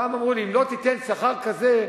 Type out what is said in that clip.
פעם אמרו לי: אם לא תיתן שכר כזה,